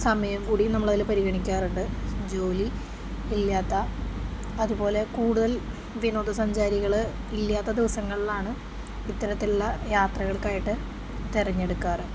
സമയം കൂടി നമ്മള് അതില് പരിഗണിക്കാറുണ്ട് ജോലിയില്ലാത്ത അതുപോലെ കൂടുതൽ വിനോദസഞ്ചാരികളില്ലാത്ത ദിവസങ്ങളിലാണ് ഇത്തരത്തിലുള്ള യാത്രകൾക്കായിട്ട് തെരഞ്ഞെടുക്കാറ്